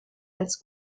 als